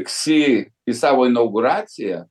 ksi į savo inauguraciją